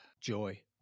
joy